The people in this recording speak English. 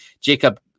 Jacob